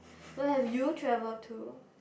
where have you traveled to